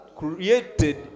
created